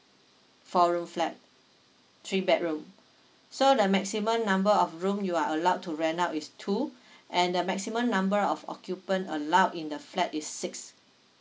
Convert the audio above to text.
four room flat three bedroom so the maximum number of room you are allowed to rent out is two and the maximum number of occupant allowed in the flat is six